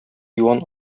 юан